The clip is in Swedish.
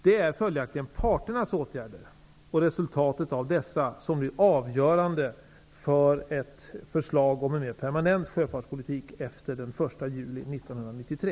Det är följaktligen parternas åtgärder och resultatet av dessa som blir avgörande för ett förslag om en mer permanent sjöfartspolitik efter den 1 juli 1993.